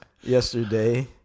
yesterday